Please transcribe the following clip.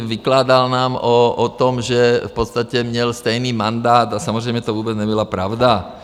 Vykládal nám o tom, že v podstatě měl stejný mandát, a samozřejmě to vůbec nebyla pravda.